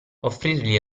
offrirgli